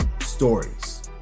stories